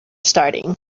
starting